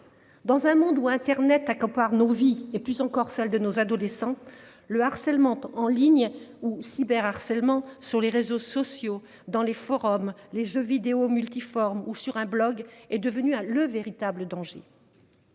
Dans un monde où Internet à quand par nos vies et plus encore celle de nos adolescents. Le harcèlement en ligne ou cyber harcèlement sur les réseaux sociaux dans les forums, les jeux vidéo multiforme ou sur un blog, est devenue à le véritable danger.